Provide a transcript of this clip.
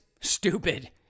Stupid